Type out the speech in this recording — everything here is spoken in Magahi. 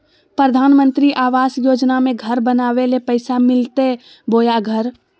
प्रधानमंत्री आवास योजना में घर बनावे ले पैसा मिलते बोया घर?